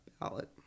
ballot